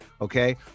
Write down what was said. okay